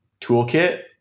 toolkit